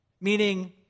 meaning